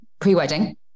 pre-wedding